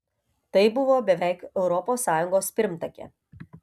tai buvo beveik europos sąjungos pirmtakė